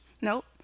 nope